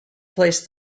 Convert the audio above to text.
placed